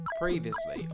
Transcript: Previously